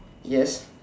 yes